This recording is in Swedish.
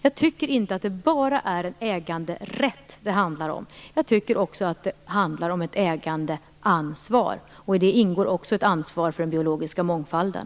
Jag tycker att det handlar inte bara om en äganderätt utan också om ett ägandeansvar, och i det ingår också ett ansvar för den biologiska mångfalden.